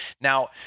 Now